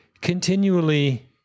continually